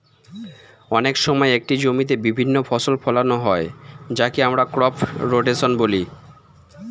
অনেক সময় একটি জমিতে বিভিন্ন ফসল ফোলানো হয় যাকে আমরা ক্রপ রোটেশন বলি